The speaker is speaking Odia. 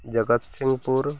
ଜଗତସିଂହପୁର